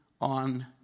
on